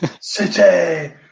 City